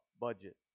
budget